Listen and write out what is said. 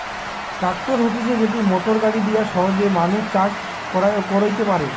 tractor হতিছে যেটি motor গাড়ি দিয়া সহজে মানুষ চাষ কইরতে পারে